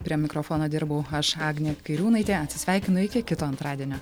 prie mikrofono dirbau aš agnė kairiūnaitė atsisveikinu iki kito antradienio